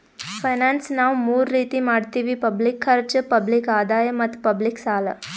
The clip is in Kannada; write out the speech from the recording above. ಫೈನಾನ್ಸ್ ನಾವ್ ಮೂರ್ ರೀತಿ ಮಾಡತ್ತಿವಿ ಪಬ್ಲಿಕ್ ಖರ್ಚ್, ಪಬ್ಲಿಕ್ ಆದಾಯ್ ಮತ್ತ್ ಪಬ್ಲಿಕ್ ಸಾಲ